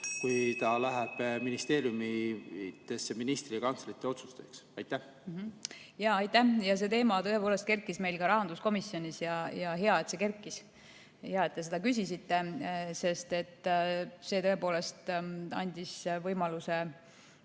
kui see läheb ministeeriumidesse, kus ministrid ja kantslerid on otsustajaks. Aitäh! See teema tõepoolest kerkis meil ka rahanduskomisjonis ja hea, et see kerkis. Hea, et te seda küsisite, sest see tõepoolest andis võimaluse